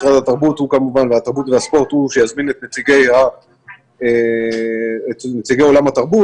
משרד התרבות והספורט הוא שיזמין את נציגי עולם התרבות,